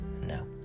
no